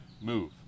move